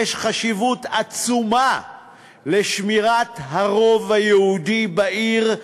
יש חשיבות עצומה לשמירת הרוב היהודי בעיר,